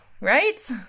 right